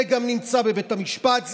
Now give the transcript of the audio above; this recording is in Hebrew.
זה גם נמצא בבית המשפט.